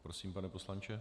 Prosím, pane poslanče.